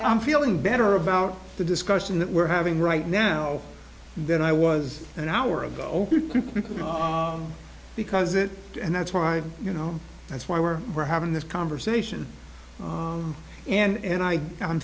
i'm feeling better about the discussion that we're having right now than i was an hour ago because it is and that's why you know that's why we're we're having this conversation and